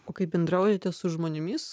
o kai bendraujate su žmonėmis